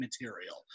material